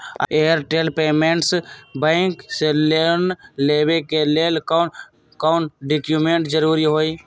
Airtel payments bank से loan लेवे के ले कौन कौन डॉक्यूमेंट जरुरी होइ?